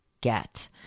get